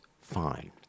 fine